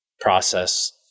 process